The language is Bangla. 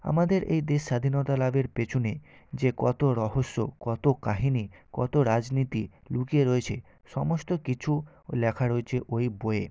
আমাদের এই দেশ স্বাধীনতা লাভের পেছনে যে কত রহস্য কত কাহিনী কত রাজনীতি লুকিয়ে রয়েছে সমস্ত কিছু লেখা রয়েছে ওই বইয়ে